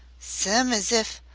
sime as if